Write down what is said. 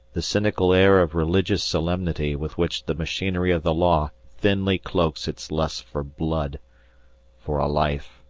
the cynical air of religious solemnity with which the machinery of the law thinly cloaks its lust for blood for a life.